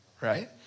right